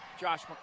Josh